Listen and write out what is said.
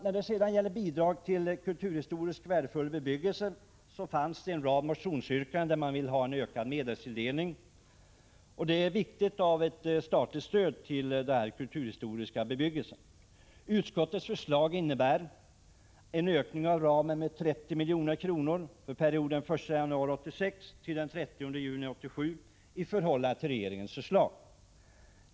När det sedan gäller bidrag till kulturhistoriskt värdefull bebyggelse finns det en rad motionsyrkanden där man vill ha ökad medelstilldelning. Det är viktigt med statligt stöd till kulturhistoriskt värdefull bebyggelse. Utskottets förslag innebär en ökning av ramen med 30 milj.kr. för perioden den 1 januari 1986-30 juni 1987 i förhållande till regeringens förslag.